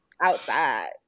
outside